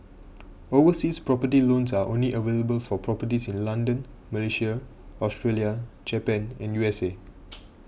overseas property loans are only available for properties in London Malaysia Australia Japan and U S A